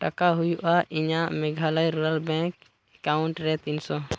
ᱴᱟᱠᱟ ᱦᱩᱭᱩᱜᱼᱟ ᱤᱧᱟᱹᱜ ᱢᱮᱜᱷᱟᱞᱚᱭ ᱨᱩᱨᱟᱞ ᱵᱮᱝᱠ ᱮᱠᱟᱣᱩᱱᱴ ᱨᱮ ᱛᱤᱱᱥᱚ